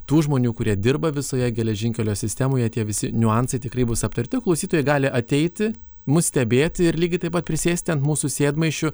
tų žmonių kurie dirba visoje geležinkelio sistemoje tie visi niuansai tikrai bus aptarti klausytojai gali ateiti mus stebėti ir lygiai taip pat prisėsti ant mūsų sėdmaišių